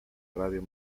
radio